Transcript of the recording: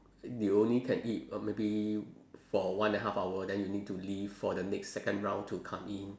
you only can eat uh maybe for one and half hour then you need to leave for the next second round to come in